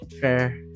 fair